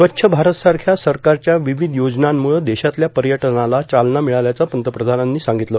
स्वच्छ भारतसारख्या सरकारच्या विविध योजनांमुळं देशातल्या पर्यटनाला चालना मिळाल्याचं पंतप्रधानांनी सांगितलं